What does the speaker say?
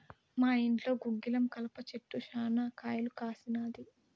మా ఇంట్లో గుగ్గిలం కలప చెట్టు శనా కాయలు కాసినాది